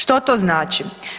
Što to znači?